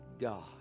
God